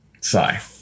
Sigh